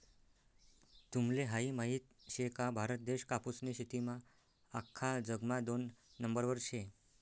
तुम्हले हायी माहित शे का, भारत देश कापूसनी शेतीमा आख्खा जगमा दोन नंबरवर शे